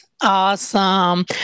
Awesome